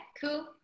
cool